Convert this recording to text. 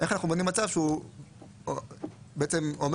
איך אנחנו מונעים מצב שבו הגוף המבצע אומר